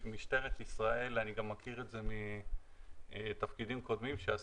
משטרת ישראל אני גם מכיר את זה מתפקידים קודמים שעשיתי,